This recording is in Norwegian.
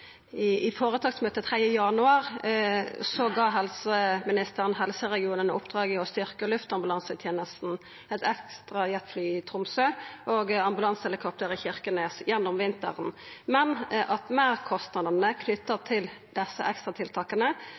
oppdrag å styrkja luftambulansetenesta med eit ekstra jetfly i Tromsø og eit ambulansehelikopter i Kirkenes gjennom vinteren, men at meirkostnadene knytte til desse ekstratiltaka